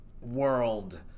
world